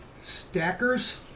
stackers